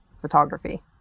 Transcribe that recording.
Photography